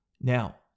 now